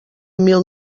mil